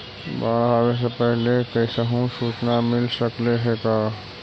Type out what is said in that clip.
बाढ़ आवे से पहले कैसहु सुचना मिल सकले हे का?